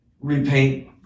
repaint